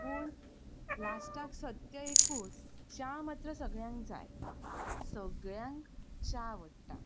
पूण लास्टाक सत्य एकूच च्या मात्र सगळ्यांक जाय सगळ्यांक च्या आवडटा